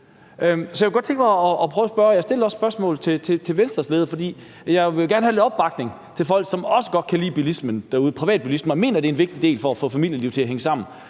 jeg kunne godt tænke mig at spørge om det, jeg også stillede spørgsmål om til Venstres leder, for jeg vil jo gerne have lidt opbakning fra folk, som også godt kan lide privatbilismen derude og mener, at det er en vigtig del for at få familielivet til at hænge sammen: